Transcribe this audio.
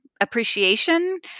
appreciation